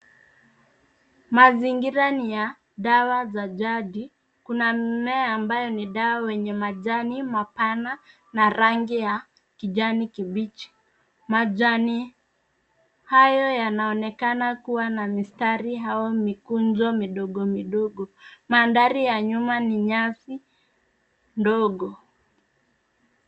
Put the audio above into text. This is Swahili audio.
Mazingira ni ya dawa za jadi. Kuna mmea ambayo ni dawa wenye majani mapana na rangi ya kijani kibichi. Majani hayo yanaonekana kuwa na mistari au mikunjo midogo midogo. Mandhari ya nyuma ni nyasi ndogo.